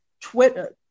Twitter